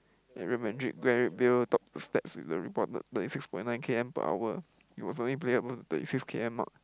yeah Real-Madrid Gareth-Bale thirt~ stats with a reported thirty six point nine K_M per hour he was only player above thirty six K_M mark